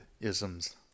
isms